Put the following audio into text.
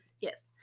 yes